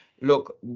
look